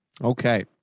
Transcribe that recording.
Okay